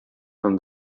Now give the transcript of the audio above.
from